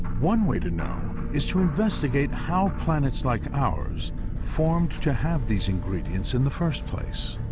one way to know is to investigate how planets like ours formed to have these ingredients in the first place.